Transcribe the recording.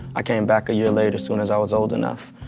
i came back a year later, as soon as i was old enough,